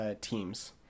teams